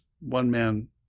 one-man